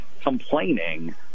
complaining